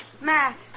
Matt